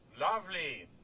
Lovely